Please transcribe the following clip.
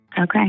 okay